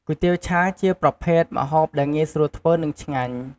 គុយទាវឆា គឺជាប្រភេទម្ហូបដែលងាយស្រួលធ្វើ និងឆ្ងាញ់។